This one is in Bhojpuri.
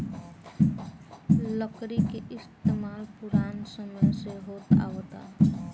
लकड़ी के इस्तमाल पुरान समय से होत आवता